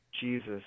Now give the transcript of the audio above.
Jesus